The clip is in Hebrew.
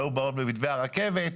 היו בעיות במתווה הרכבת,